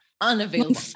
unavailable